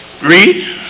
Read